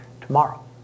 tomorrow